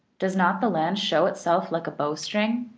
does not the land show itself like a bow-string?